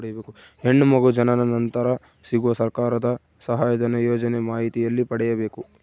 ಹೆಣ್ಣು ಮಗು ಜನನ ನಂತರ ಸಿಗುವ ಸರ್ಕಾರದ ಸಹಾಯಧನ ಯೋಜನೆ ಮಾಹಿತಿ ಎಲ್ಲಿ ಪಡೆಯಬೇಕು?